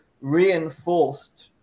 reinforced